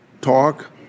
talk